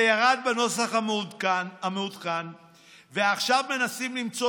זה ירד בנוסח המעודכן ועכשיו מנסים למצוא